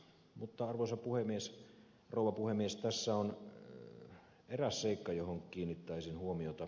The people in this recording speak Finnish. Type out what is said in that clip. mutta arvoisa rouva puhemies tässä on eräs seikka johon kiinnittäisin huomiota